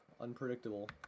unpredictable